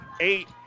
eight